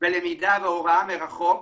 בלמידה והוראה מרחוק,